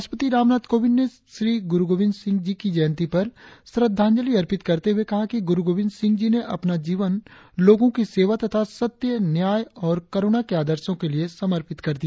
राष्ट्रपति रामनाथ कोविंद ने श्री गुरु गोविंद सिंह जी की जयंती पर श्रद्धाजलि अर्पित करते हुए कहा कि गुरु गोविंद सिंह जी ने अपना जीवन लोगो की सेवा तथा सत्य न्याय और करुणा के आदर्शो के लिए समर्पित कर दिया